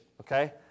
okay